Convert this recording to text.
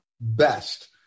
best